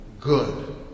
good